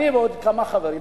אני ועוד כמה חברים,